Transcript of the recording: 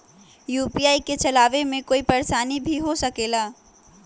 UPI के चलावे मे कोई परेशानी भी हो सकेला?